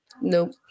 Nope